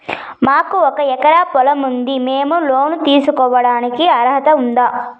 మాకు ఒక ఎకరా పొలం ఉంది మేము లోను తీసుకోడానికి అర్హత ఉందా